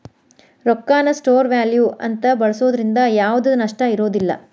ರೊಕ್ಕಾನ store value ಅಂತ ಬಳ್ಸೋದ್ರಿಂದ ಯಾವ್ದ್ ನಷ್ಟ ಇರೋದಿಲ್ಲ